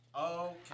Okay